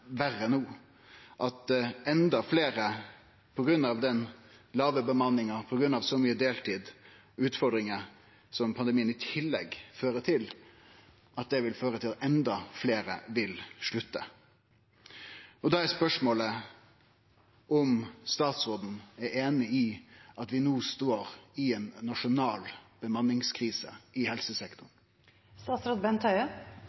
verre no, om den låge bemanninga, så mykje deltid og utfordringar som pandemien i tillegg fører til, vil føre til at enda fleire vil slutte. Da er spørsmålet: Er statsråden einig i at vi no står i ei nasjonal bemanningskrise i helsesektoren?